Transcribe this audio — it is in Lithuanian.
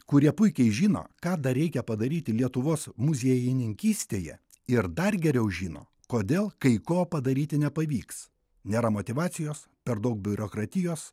kurie puikiai žino ką dar reikia padaryti lietuvos muziejininkystėje ir dar geriau žino kodėl kai ko padaryti nepavyks nėra motyvacijos per daug biurokratijos